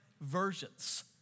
versions